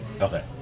Okay